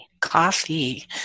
Coffee